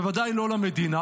בוודאי לא למדינה.